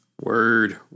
Word